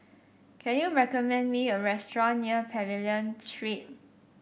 can you recommend me a restaurant near Pavilion Street